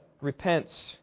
repents